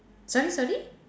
sorry sorry